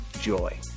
joy